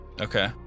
okay